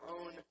own